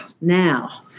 now